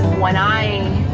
when i